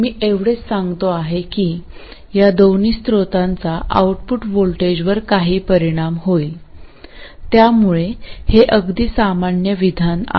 मी एवढेच सांगतो आहे की या दोन्ही स्रोतांचा आउटपुट व्होल्टेजवर काही परिणाम होईल त्यामुळे हे अगदी सामान्य विधान आहे